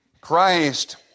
Christ